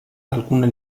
alcune